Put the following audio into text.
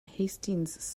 hastings